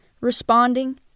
responding